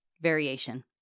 variation